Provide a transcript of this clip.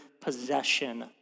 possession